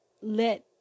let